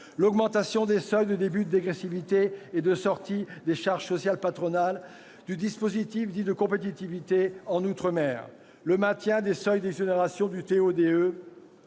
l'augmentation des seuils de début de dégressivité et de sortie des charges sociales patronales du dispositif dit « de compétitivité » en outre-mer, et le maintien des seuils d'exonérations du